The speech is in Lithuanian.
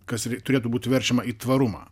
kas ry turėtų būt verčiama į tvarumą